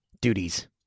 duties